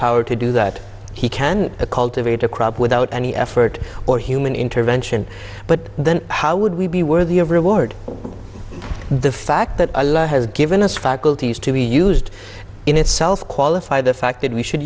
power to do that he can cultivate a crop without any effort or human intervention but then how would we be worthy of reward the fact that has given us faculties to be used in itself qualify the fact that we should